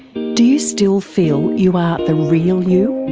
do you still feel you are the real you,